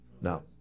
No